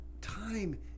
time